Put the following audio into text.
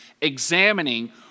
examining